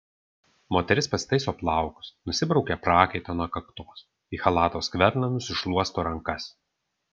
moteris pasitaiso plaukus nusibraukia prakaitą nuo kaktos į chalato skverną nusišluosto rankas